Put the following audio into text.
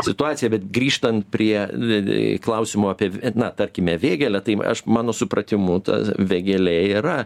situacija bet grįžtant prie ve ve klausimo apie na tarkime vėgėlę taip aš mano supratimu tas vėgėlė yra